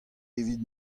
evit